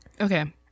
Okay